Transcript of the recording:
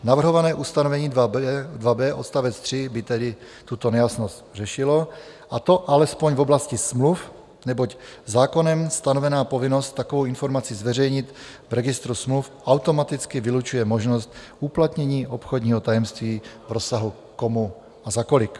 Navrhované ustanovení 2b odst. 3 by tedy tuto nejasnost řešilo, a to alespoň v oblasti smluv, neboť zákonem stanovená povinnost takovou informaci zveřejnit v registru smluv automaticky vylučuje možnost uplatnění obchodního tajemství v rozsahu komu a za kolik.